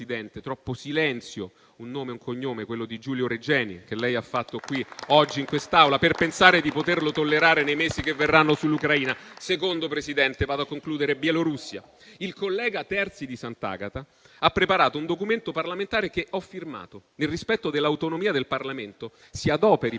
Presidente, troppo silenzio: un nome e un cognome, quello di Giulio Regeni, che lei ha fatto qui oggi in quest'Aula, per pensare di poterlo tollerare nei mesi che verranno sull'Ucraina. In secondo luogo, Presidente, cito la Bielorussia. Il collega Terzi di Sant'Agata ha preparato un documento parlamentare che ho firmato: nel rispetto dell'autonomia del Parlamento, si adoperi